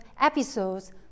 episodes